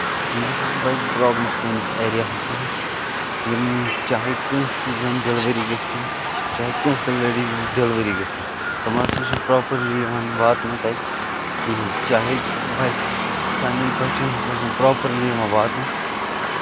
یِم ہسا چھِ بَجہِ پروبلم سٲنِس ایریاہَس منٛز یِم چاہے کٲنسہِ تہِ زٔنۍ ڈیلؤری گٔژھۍ تن چاہے کٲنسہِ تہِ لٔڈیٖزس ڈیلؤری گٔژھتن تِمن ہسا چھُنہٕ پروپَرلی یِوان واتنہٕ تَتہِ کِہینۍ نہٕ چاہے بَچہٕ سانین بَچن ہسا چھُنہٕ پروپَرلی یِوان واتنہ